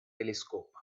telescope